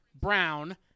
Brown